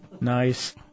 Nice